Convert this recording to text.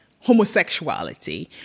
homosexuality